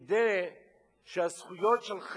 כדי שהזכויות שלך,